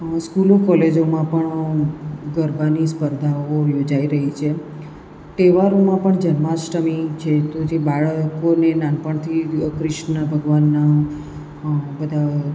સ્કૂલો કોલેજોમાં પણ ગરબાની સ્પર્ધાઓ યોજાઈ રહી છે તહેવારોમાં પણ જન્માષ્ટમી છે તો જે બાળકોને નાનપણથી કૃષ્ણ ભગવાનના બધા